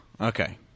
Okay